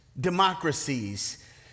democracies